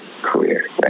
career